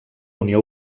unió